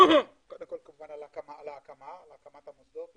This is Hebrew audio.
על הקמת המוסדות,